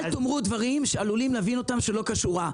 אל תאמרו דברים שעלולים להבין אותם שלא כשורה.